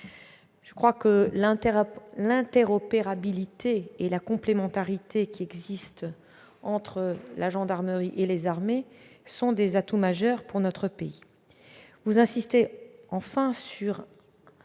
dissuasion. L'interopérabilité et la complémentarité entre la gendarmerie et les armées sont des atouts majeurs pour notre pays.